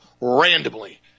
randomly